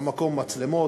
יש בַמקום מצלמות,